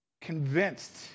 convinced